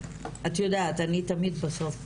את יודעת אני תמיד בסוף.